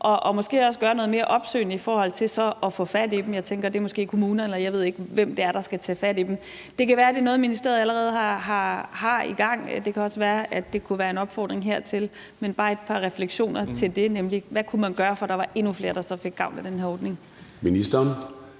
måske også gøre noget mere opsøgende i forhold til så at få fat i dem; jeg tænker, at det måske er kommunerne, men jeg ved ikke, hvem det er, der skal tage fat i dem. Det kan være, at det er noget, ministeriet allerede har gang i, og det kan også være, at det kunne være en opfordring til det. Men det var bare et par refleksioner over det, nemlig: Hvad kunne man gøre, for at der var endnu flere, der så fik gavn af den her ordning?